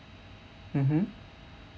mmhmm